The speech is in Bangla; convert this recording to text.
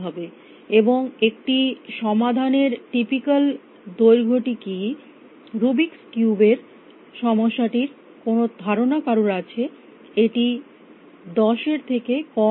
এবং একটি সমাধানের টিপিক্যাল দৈর্ঘ্য়টি কী রুবিক্স কিউব এর সমস্যাটির কোনো ধারণা কারুর আছে এটি 10 এর থেকে কম না বেশী